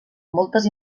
moltes